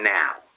now